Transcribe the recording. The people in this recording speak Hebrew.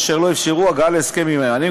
אשר לא אפשרה הגעה להסכם עמם.